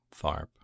Tharp